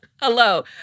Hello